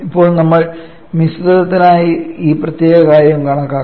ഇപ്പോൾ നമ്മൾ മിശ്രിതത്തിനായി ഈ പ്രത്യേക കാര്യം കണക്കാക്കണം